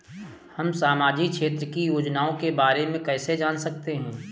हम सामाजिक क्षेत्र की योजनाओं के बारे में कैसे जान सकते हैं?